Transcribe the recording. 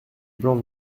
blanc